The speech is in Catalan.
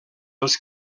els